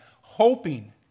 hoping